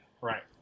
Right